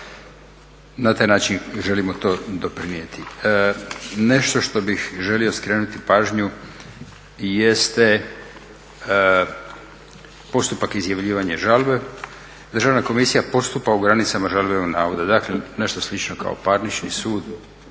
na taj način želimo to doprinijeti. Nešto što bih želio skrenuti pažnju jeste postupak izjavljivanja žalbe. Državna komisija postupa u granicama žalbenog navoda. Dakle nešto slično kao parnični sud,